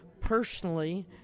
personally